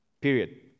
period